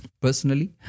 Personally